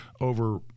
over